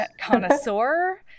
connoisseur